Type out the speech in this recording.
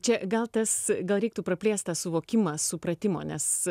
čia gal tas gal reiktų praplėst tą suvokimą supratimo nes